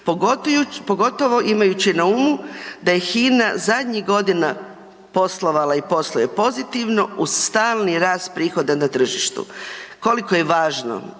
Pogotovo imajući na umu da je Hina zadnjih godina poslovala i posluje pozitivno uz stalni rast prihoda na tržištu. Koliko je važno